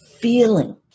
feeling